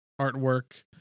artwork